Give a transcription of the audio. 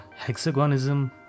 Hexagonism